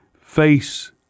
face